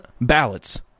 ballots